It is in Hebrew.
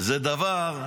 זה דבר,